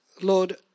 Lord